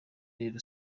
rero